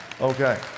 Okay